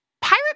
pirate